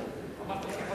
אמרתי,